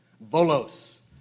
bolos